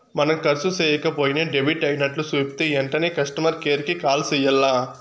మనం కర్సు సేయక పోయినా డెబిట్ అయినట్లు సూపితే ఎంటనే కస్టమర్ కేర్ కి కాల్ సెయ్యాల్ల